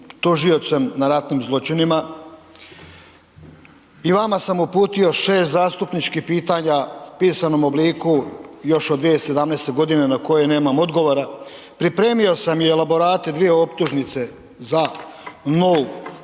tužiocem na ratnim zločinima i vama sam uputio 6 zastupničkih pitanja u pisanom obliku još od 2017. na koje nemam odgovora. Pripremio sam i elaborate, dvije optužnice za novu